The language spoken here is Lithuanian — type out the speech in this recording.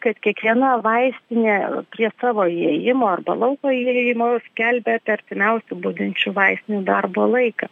kad kiekviena vaistinė prie savo įėjimo arba lauko įėjimo skelbia apie artimiausių budinčių vaistinių darbo laiką